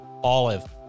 Olive